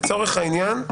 לצורך העניין,